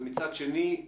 ומצד שני,